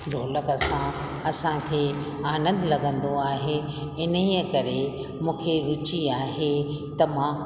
ढोलक सां असां खे आनंद लॻंदो आहे इन्हीअ करे मूंखे रुची आहे त मां